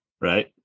right